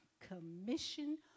commission